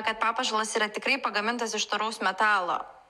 kad papuošalas yra tikrai pagamintas iš tauraus metalo